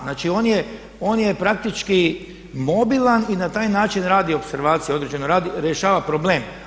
Znači on je praktički mobilan i na taj način radi opservaciju određenu, rješava problem.